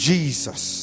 Jesus